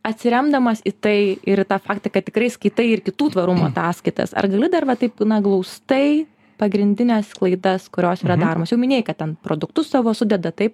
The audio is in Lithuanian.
atsiremdamas į tai ir tą faktą kad tikrai skaitai ir kitų tvarumo ataskaitas ar gali dar va taip na glaustai pagrindines klaidas kurios yra daromos jau minėjai kad ten produktus savo sudeda taip